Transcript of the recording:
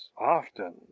often